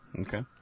Okay